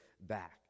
back